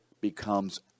becomes